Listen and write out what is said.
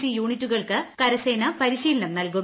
C യൂണിറ്റുകൾക്ക് കരസേന പരിശീലനം നൽകും